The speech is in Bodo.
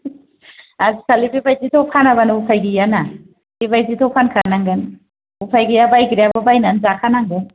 आजिखालि बेबायदिखौ फानाबानो उफाय गैया ना बेबायदिखौ फानखानांगोन उफाय गैया बायग्रायाबो बायनानै जाखानांगोन